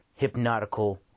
hypnotical